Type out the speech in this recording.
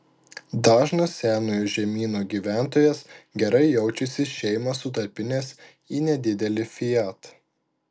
dažnas senojo žemyno gyventojas gerai jaučiasi šeimą sutalpinęs į nedidelį fiat